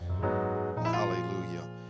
Hallelujah